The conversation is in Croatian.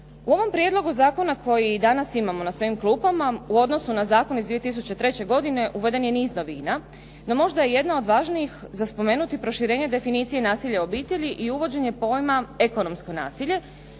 U ovom prijedlogu zakona koji i danas imamo na svojim klupama u odnosu na zakon iz 2003. godine uveden je niz novina. No, možda je jedna od važnijih za spomenuti proširenje definicije nasilja u obitelji i uvođenje pojma ekonomsko nasilje,